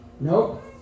Nope